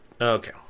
Okay